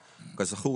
כזכור,